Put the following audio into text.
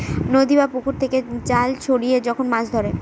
নদী বা পুকুর থেকে জাল ছড়িয়ে যখন মাছ ধরে